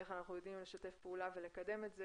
איך אנחנו יודעים לשתף פעולה ולקדם את זה.